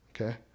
Okay